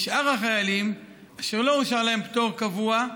לשאר החיילים, אשר לא אושר להם פטור קבוע,